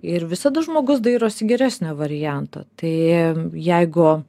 ir visada žmogus dairosi geresnio varianto tai jeigu